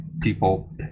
people